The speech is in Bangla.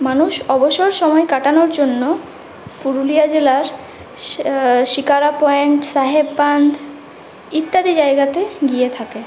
মানুষ অবসর সময় কাটানোর জন্য পুরুলিয়া জেলার শিকারা পয়েন্ট সাহেব বাঁধ ইত্যাদি জায়গাতে গিয়ে থাকে